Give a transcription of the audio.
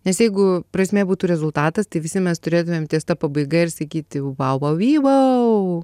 nes jeigu prasmė būtų rezultatas tai visi mes turėtumėm ties ta pabaiga ir sakyti vavo vivau